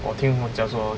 我听人家讲说